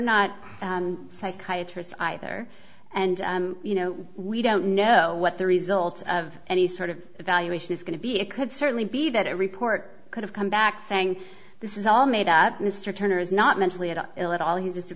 not psychiatry's either and you know we don't know what the result of any sort of evaluation is going to be it could certainly be that a report could have come back saying this is all made up mr turner is not mentally ill at all he's just a